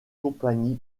compagnie